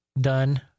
done